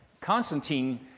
Constantine